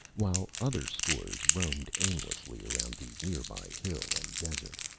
while other scores roamed aimlessly around the nearby hill and desert.